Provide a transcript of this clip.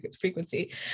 frequency